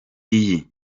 iyi